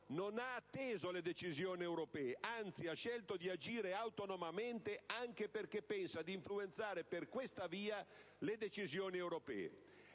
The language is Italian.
non ha atteso le decisioni europee; anzi, ha scelto di agire autonomamente, anche perché pensa di influenzare per questa via le decisioni europee.